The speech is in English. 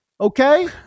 okay